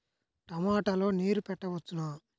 టమాట లో నీరు పెట్టవచ్చునా?